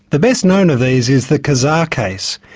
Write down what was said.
the best known of these is the kazaa case,